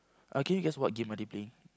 uh can you guess what game are they playing